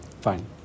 Fine